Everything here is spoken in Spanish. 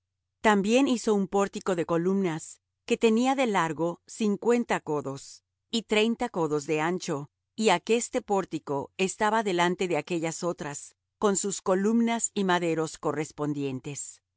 también hizo un pórtico de columnas que tenía de largo cincuenta codos y treinta codos de ancho y aqueste pórtico estaba delante de aquellas otras con sus columnas y maderos correspondientes